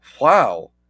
Wow